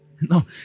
No